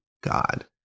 God